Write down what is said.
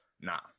nah